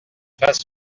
fasse